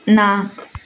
ନା